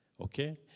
Okay